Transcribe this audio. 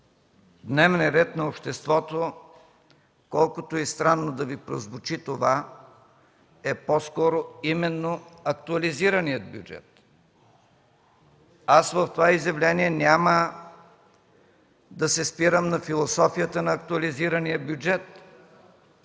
дневният ред на обществото, колкото и странно да Ви прозвучи това, е по-скоро именно актуализираният бюджет. В това изявление няма да се спирам на философията на актуализирания бюджет.